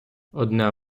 одне